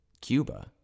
Cuba